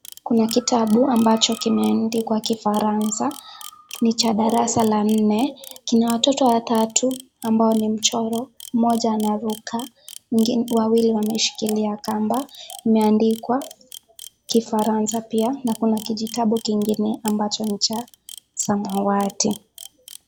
Kuna kitabu ambacho kimeandikwa kifaransa. Ni cha darasa la nne. Kina watoto watatu ambao ni mchoro, mmoja anaruka, wawili wameshikilia kamba. Imeandikwa kifaransa pia na kuna kijitabu kingine ambacho ni cha samawati.